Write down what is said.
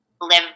live